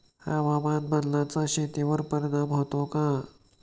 हवामान बदलाचा शेतीवर परिणाम होतो का?